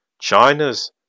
China's